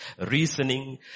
reasoning